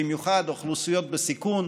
במיוחד אוכלוסיות בסיכון.